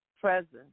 presence